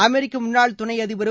அமெரிக்க முன்னாள் துணை அதிபரும்